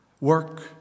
work